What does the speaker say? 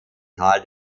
tal